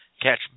catch